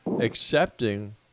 accepting